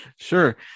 Sure